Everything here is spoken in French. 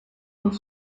dans